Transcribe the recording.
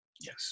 Yes